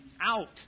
out